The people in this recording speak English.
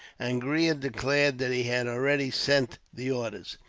angria declared that he had already sent the orders.